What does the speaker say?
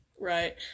Right